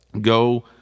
Go